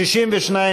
סעיף תקציבי 46,